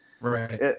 Right